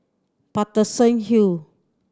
Paterson Hill